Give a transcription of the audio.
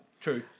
true